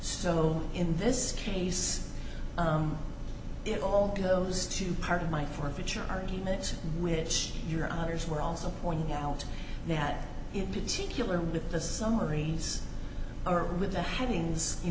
low in this case it all goes to part of my forfeiture arguments which your honour's were also pointing out that in particular with the summaries or with the headings you